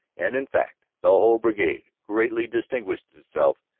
and in fact the whole brigade greatly distinguished itself,